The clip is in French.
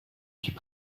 suis